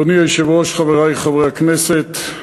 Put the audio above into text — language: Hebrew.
אדוני היושב-ראש, חברי חברי הכנסת,